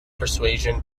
persuasion